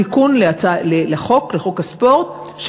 תיקון לחוק הספורט,